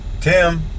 Tim